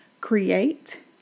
Create